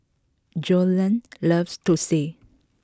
Joellen loves Thosai